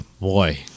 boy